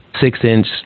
six-inch